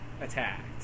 attacked